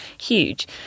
huge